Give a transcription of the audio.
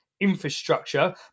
infrastructure